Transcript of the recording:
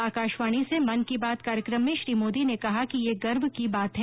आकाशवाणी से मन की बात कार्यक्रम में श्री मोदी ने कहा कि यह गर्व की बात है